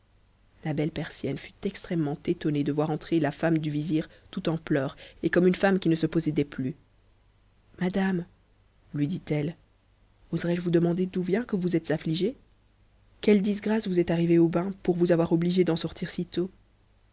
la belle persienne fut extrêmement étonnée de voir entrer la femme du vizir tout en pleurs et comme une femme qui ne se possédait plus madame lui dit-elle oserais-je vous demander d'où vient que vous êtes b gëe quelle disgrâce vous est arrivée au bain pour vous avoir obligée ea sortir si tôt